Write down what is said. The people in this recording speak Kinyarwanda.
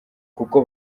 kuko